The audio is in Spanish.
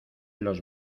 los